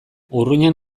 urruñan